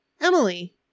Emily